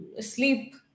sleep